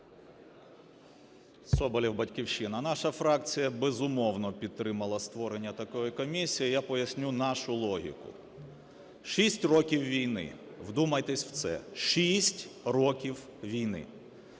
Соболєв, "Батьківщина". Наша фракція, безумовно, підтримала створення такої комісії. Я поясню нашу логіку. Шість років війни, вдумайтеся в це, шість років війни,